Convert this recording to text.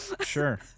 sure